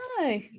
No